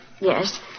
Yes